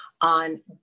on